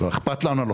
אכפת לנו מהחולים.